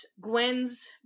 Gwen's